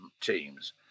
teams